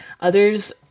Others